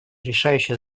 решающее